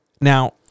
Now